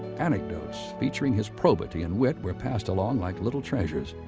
anecdotes featuring his probity and wit were passed along like little treasures.